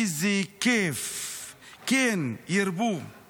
איזה כיף"; "כן ירבו";